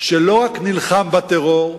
שלא רק נלחם בטרור,